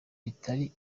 bitari